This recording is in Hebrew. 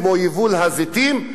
כמו יבול הזיתים,